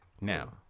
Now